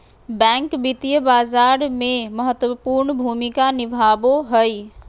bank वित्तीय बाजार में महत्वपूर्ण भूमिका निभाबो हइ